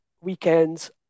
weekends